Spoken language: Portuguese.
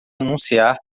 anunciar